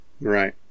Right